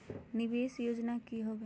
निवेस योजना की होवे है?